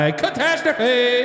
catastrophe